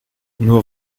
nur